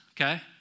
okay